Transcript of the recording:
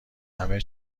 همه